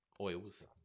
oils